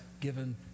given